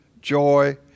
joy